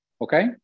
Okay